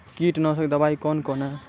कीटनासक दवाई कौन कौन हैं?